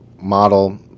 model